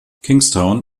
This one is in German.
kingstown